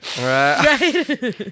Right